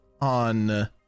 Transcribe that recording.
on